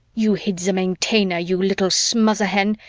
you hid the maintainer, you little smother-hen,